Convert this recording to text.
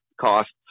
costs